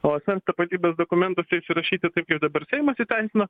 o tapatybės dokumentuose įsirašyti taip kaip dabar seimas įteisino